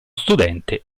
studente